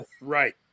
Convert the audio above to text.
Right